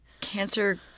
cancer